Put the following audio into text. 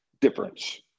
difference